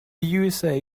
usa